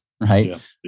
right